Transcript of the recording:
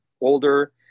older